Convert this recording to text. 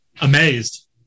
amazed